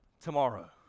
tomorrow